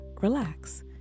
relax